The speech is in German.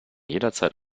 jederzeit